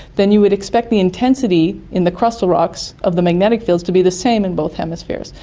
then you would expect the intensity in the crustal rocks of the magnetic fields to be the same in both hemispheres.